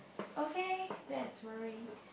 okay that is very